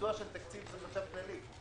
ביצוע תקציב זה חשב כללי.